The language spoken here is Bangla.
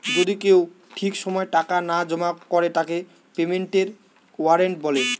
যদি কেউ ঠিক সময় টাকা না জমা করে তাকে পেমেন্টের ওয়ারেন্ট বলে